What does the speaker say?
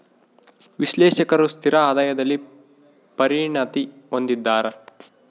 ವಿಶ್ಲೇಷಕರು ಸ್ಥಿರ ಆದಾಯದಲ್ಲಿ ಪರಿಣತಿ ಹೊಂದಿದ್ದಾರ